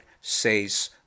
says